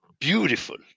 Beautiful